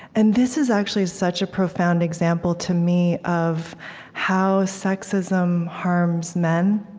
and this is actually such a profound example, to me, of how sexism harms men,